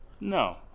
no